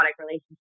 relationship